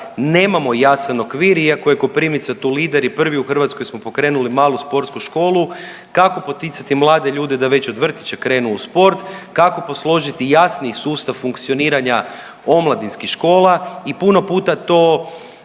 nemamo jasan okvir, iako je Koprivnica tu lider i prvi u Hrvatskoj smo pokrenuli malu sportsku školu. Kako poticati mlade ljude da već od vrtića krenu u sport, kako posložiti jasniji sustav funkcioniranja omladinskih škola i puno puta to